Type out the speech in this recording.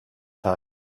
time